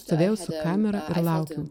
stovėjau su kamera ir laukiau